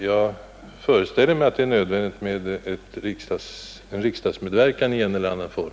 Jag föreställer mig att det kan bli nödvändigt med en medverkan från riksdagen i en eller annan form.